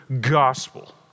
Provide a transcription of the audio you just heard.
gospel